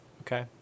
Okay